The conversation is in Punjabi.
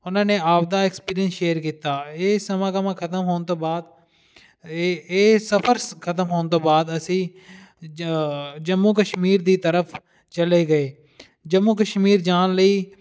ਉਹਨਾਂ ਨੇ ਆਪਦਾ ਐਕਸਪੀਰੀਅੰਸ ਸ਼ੇਅਰ ਕੀਤਾ ਇਹ ਸਮਾਗਮਾਂ ਖਤਮ ਹੋਣ ਤੋਂ ਬਾਅਦ ਇਹ ਇਹ ਸਫਰ ਖਤਮ ਹੋਣ ਤੋਂ ਬਾਅਦ ਅਸੀਂ ਜ ਜੰਮੂ ਕਸ਼ਮੀਰ ਦੀ ਤਰਫ ਚਲੇ ਗਏ ਜੰਮੂ ਕਸ਼ਮੀਰ ਜਾਣ ਲਈ